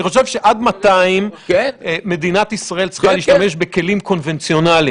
אני חושב שעד 200 מדינת ישראל צריכה להשתמש בכלים קונבנציונליים,